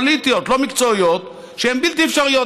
פוליטיות, לא מקצועיות, שהן בלתי אפשריות.